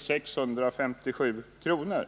657 kr.